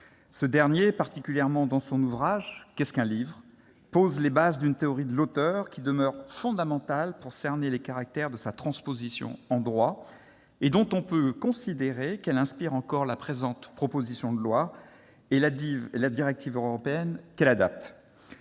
Ce dernier, particulièrement dans son ouvrage, pose les bases d'une théorie de l'auteur qui demeure fondamentale pour cerner les caractères de sa transposition en droit et dont on peut considérer qu'elle inspire encore la présente proposition de loi et la directive européenne que celle-ci adapte.